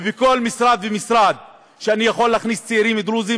ובכל משרד ומשרד שאני יכול להכניס צעירים דרוזים,